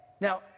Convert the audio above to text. Now